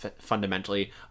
fundamentally